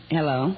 Hello